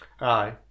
Aye